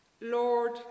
Lord